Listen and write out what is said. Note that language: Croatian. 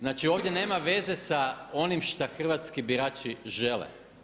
Znači ovdje nema veze sa onim šta hrvatski birači žele.